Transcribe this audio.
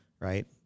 right